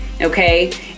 Okay